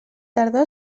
tardor